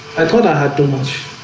i thought i had too much